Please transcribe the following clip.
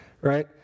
right